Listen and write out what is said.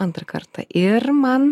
antrą kartą ir man